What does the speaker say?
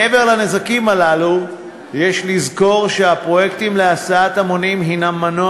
מעבר לנזקים הללו יש לזכור שהפרויקטים להסעת המונים הם מנוע